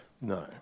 No